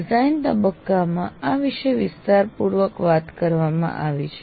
design તબક્કામાં આ વિષે વિસ્તારપૂર્વક વાત કરવામાં આવી છે